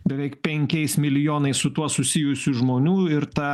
beveik penkiais milijonais su tuo susijusių žmonių ir ta